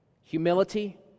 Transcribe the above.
Humility